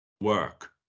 work